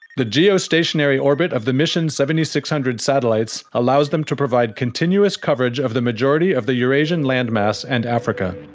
the geostationary orbit of the mission seven thousand six hundred satellites allows them to provide continuous coverage of the majority of the eurasian landmass and africa.